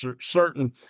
certain